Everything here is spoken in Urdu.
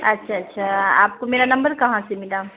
اچھا اچھا آپ کو میرا نمبر کہاں سے میڈم